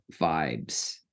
vibes